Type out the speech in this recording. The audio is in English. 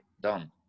done